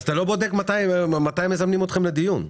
אז אתה לא בודק מתי מזמנים אתכם לדיון.